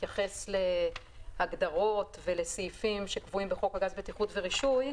מתייחס להגדרות ולסעיפים שקבועים בחוק הגז (בטיחות ורישוי),